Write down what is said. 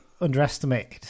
underestimated